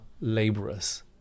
laborers